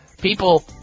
people